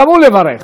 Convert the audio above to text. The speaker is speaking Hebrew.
לברך.